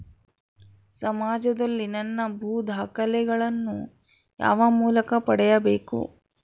ಸಮಾಜದಲ್ಲಿ ನನ್ನ ಭೂ ದಾಖಲೆಗಳನ್ನು ಯಾವ ಮೂಲಕ ಪಡೆಯಬೇಕು?